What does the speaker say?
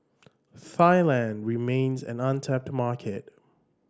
Thailand remains an untapped market